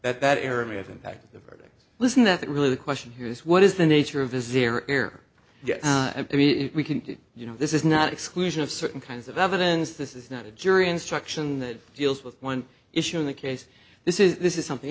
that that area of impact the verdict listen that really the question here is what is the nature of busier air and i mean we can you know this is not exclusion of certain kinds of evidence this is not a jury instruction that deals with one issue in the case this is this is something